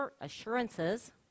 assurances